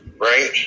right